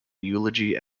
eulogy